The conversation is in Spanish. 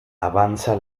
avanza